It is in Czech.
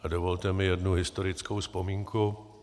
A dovolte mi jednu historickou vzpomínku.